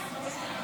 היושב-ראש,